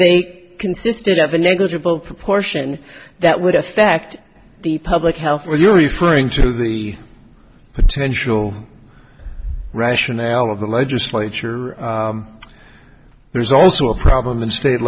they consisted of a negligible proportion that would affect the public health are you referring to the potential rationale of the legislature there's also a problem in state